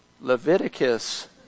Leviticus